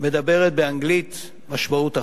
שמדברת באנגלית במשמעות אחת,